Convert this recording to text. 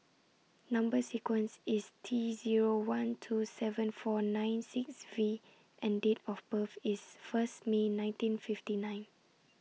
Number sequence IS T Zero one two seven four nine six V and Date of birth IS First May nineteen fifty nine